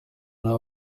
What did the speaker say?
nawe